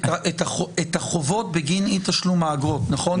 את החובות בגין אי תשלום האגרות, נכון?